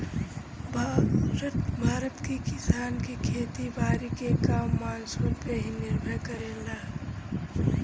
भारत के किसान के खेती बारी के काम मानसून पे ही निर्भर करेला